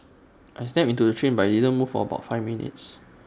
I stepped into the train but IT didn't move for about five minutes